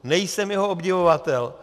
Nejsem jeho obdivovatel.